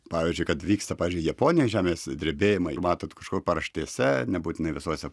pavyzdžiui kad vyksta pavyzdžiui japonijoj žemės drebėjimai matot kažkur paraštėse nebūtinai visuose